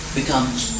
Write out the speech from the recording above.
becomes